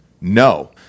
no